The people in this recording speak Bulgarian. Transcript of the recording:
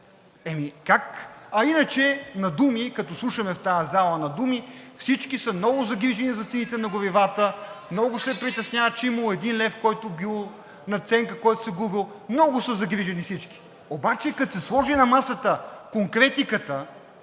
А иначе, като слушаме в тази зала, на думи всички са много загрижени за цените на горивата, много се притесняват, че имало един лев, който бил надценка, който се губел! Много са загрижени всички. Обаче като се сложи на масата конкретиката,